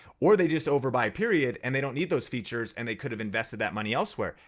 or they just overbuy a period and they don't need those features and they could have invested that money elsewhere.